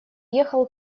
ехал